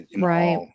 Right